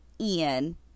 Ian